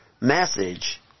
message